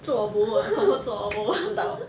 zuo bo uh confirm zuo bo